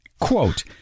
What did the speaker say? Quote